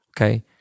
okay